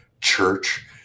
church